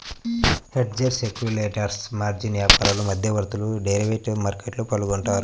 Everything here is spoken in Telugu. హెడ్జర్స్, స్పెక్యులేటర్స్, మార్జిన్ వ్యాపారులు, మధ్యవర్తులు డెరివేటివ్ మార్కెట్లో పాల్గొంటారు